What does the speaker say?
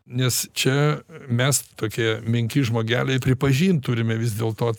nes čia mes tokie menki žmogeliai pripažint turime vis dėlto